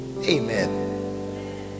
amen